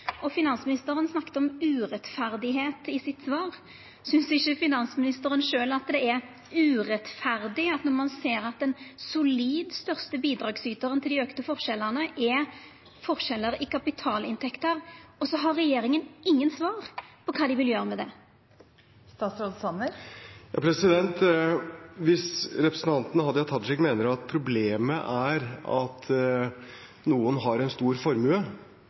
Finansministeren brukte ordet «urettferdig» i sitt svar. Synest ikkje finansministeren sjølv at det er urettvist at ein ser at den solid største bidragsytaren til dei auka forskjellane er forskjellar i kapitalinntekter, og så har regjeringa ingen svar på kva dei vil gjera med det? Hvis representanten Hadia Tajik mener at problemet er at noen har en stor formue,